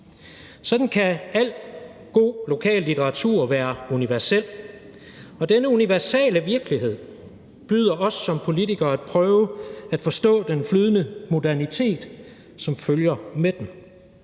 Sådan kan al god lokal litteratur være universel, og denne universale virkelighed byder os som politikere at prøve at forstå den flydende modernitet, som følger med den.